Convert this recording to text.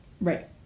Right